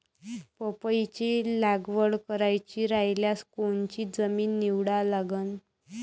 पपईची लागवड करायची रायल्यास कोनची जमीन निवडा लागन?